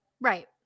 right